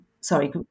sorry